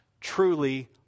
truly